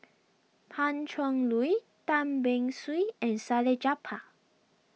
Pan Cheng Lui Tan Beng Swee and Salleh Japar